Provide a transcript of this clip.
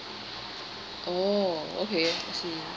oh okay I see